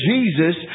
Jesus